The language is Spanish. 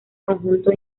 conjunto